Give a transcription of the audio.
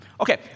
Okay